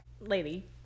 Lady